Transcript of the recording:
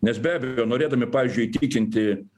nes be abejo norėdami pavyzdžiui įtikinti